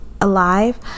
alive